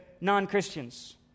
non-Christians